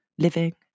living